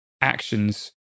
actions